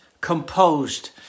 composed